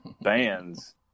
bands